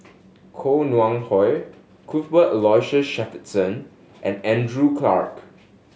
Koh Nguang How Cuthbert Aloysius Shepherdson and Andrew Clarke